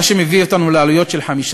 מה שמביא אותנו לעלויות של 15